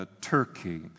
Turkey